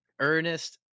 Ernest